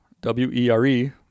W-E-R-E